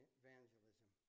evangelism